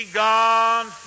gone